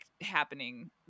Happening